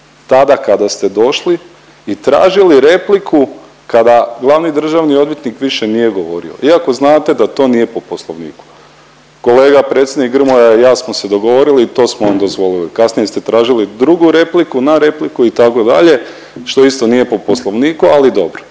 tada kada ste došli i tražili repliku kada glavni državni odvjetnik više nije govorio iako znate da to nije po Poslovniku. Kolega predsjednik Grmoja i ja smo se dogovorili i to smo vam dozvolili. Kasnije ste tražili drugu repliku na repliku itd., što isto nije po Poslovniku, ali dobro.